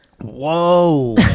Whoa